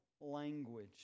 language